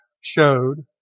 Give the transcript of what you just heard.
showed